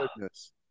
goodness